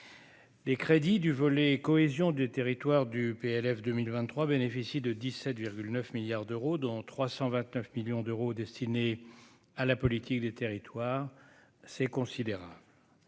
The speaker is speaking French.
des crédits du volet cohésion des territoires du PLF 2023 bénéficient de 17,9 milliards d'euros, dont 329 millions d'euros destinés à la politique des territoires c'est considérable